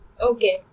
Okay